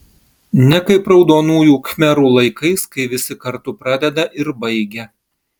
ne kaip raudonųjų khmerų laikais kai visi kartu pradeda ir baigia